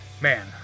Man